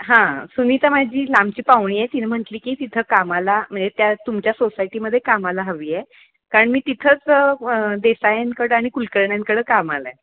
हां सुनिता माझी लांबची पाहुणी आहे तिनं म्हटली की तिथं कामाला म्हणजे त्या तुमच्या सोसायटीमध्ये कामाला हवी आहे कारण मी तिथंच देसायांकडं आणि कुलकर्ण्यांकडं कामाला आहे